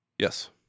Yes